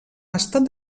estat